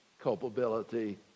culpability